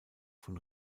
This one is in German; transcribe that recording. von